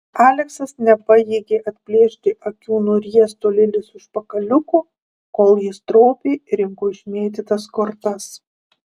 aleksas nepajėgė atplėšti akių nuo riesto lilės užpakaliuko kol ji stropiai rinko išmėtytas kortas